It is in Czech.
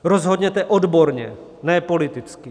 Rozhodněte odborně, ne politicky.